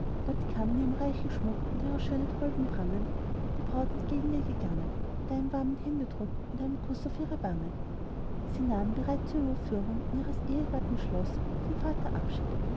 dort kam in ihrem reichen schmuck und ihrer schönheit holdem prangen die braut entgegen ihr gegangen mit einem warmen händedruck und einem kuß auf ihre wangen sie nahm bereit zur überführung in ihres ehegatten schloß vom vater abschied